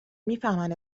میفهمن